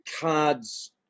cards